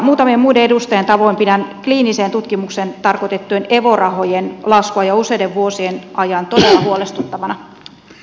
muutamien muiden edustajien tavoin pidän kliiniseen tutkimukseen tarkoitettujen evo rahojen laskua jo useiden vuosien ajan todella huolestuttavana